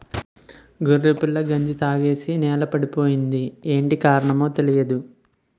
గొర్రెపిల్ల గంజి తాగేసి నేలపడిపోయింది యేటి కారణమో తెలీదు